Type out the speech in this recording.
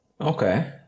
Okay